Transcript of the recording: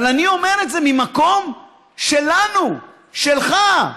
אבל אני אומר את זה ממקום שלנו, שלך,